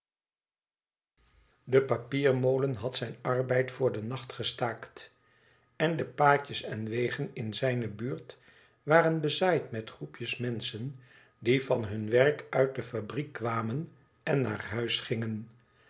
de papiermolen had zijn arbeid voor den nacht gestaakt en de paadjes en wegen in zijne buurt waren bezaaid met groepjes menschen die van hun werk uit de fabriek kwamen en naar huis gingen